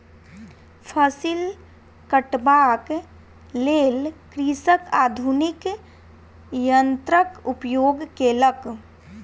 फसिल कटबाक लेल कृषक आधुनिक यन्त्रक उपयोग केलक